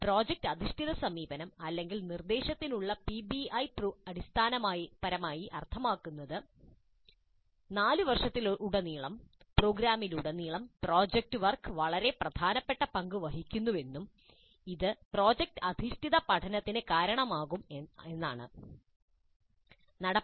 project അധിഷ്ഠിത സമീപനം അല്ലെങ്കിൽ നിർദ്ദേശത്തിനുള്ള പിബിഐ അടിസ്ഥാനപരമായി അർത്ഥമാക്കുന്നത് 4 വർഷത്തിലുടനീളം പ്രോഗ്രാമിലുടനീളം പ്രോജക്റ്റ് വർക്ക് വളരെ പ്രധാനപ്പെട്ട പങ്ക് വഹിക്കുന്നുവെന്നും ഇത് പ്രോജക്റ്റ് അധിഷ്ഠിത പഠനത്തിന് കാരണമാകുമെന്നും ആണ്